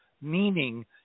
meaning